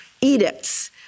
edicts